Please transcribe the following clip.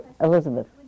Elizabeth